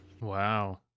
wow